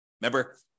Remember